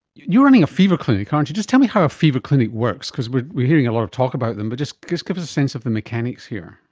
you're running a fever clinic, aren't you. just tell me how a fever clinic works, because we are hearing a lot of talk about them but just just give us a sense of the mechanics here.